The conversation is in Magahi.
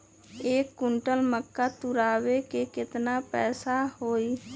एक क्विंटल मक्का तुरावे के केतना पैसा होई?